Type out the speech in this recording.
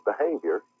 behavior